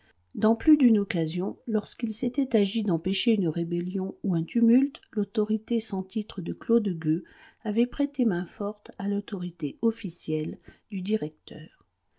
dans plus d'une occasion lorsqu'il s'était agi d'empêcher une rébellion ou un tumulte l'autorité sans titre de claude gueux avait prêté main-forte à l'autorité officielle du directeur